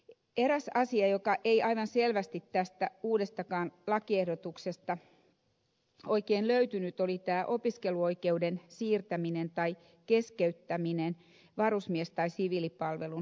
eräs asia joka ei aivan selvästi tästä uudestakaan lakiehdotuksesta oikein löytynyt oli tämä opiskeluoikeuden siirtäminen tai keskeyttäminen varusmies tai siviilipalvelun takia